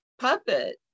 puppet